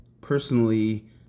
personally